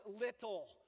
little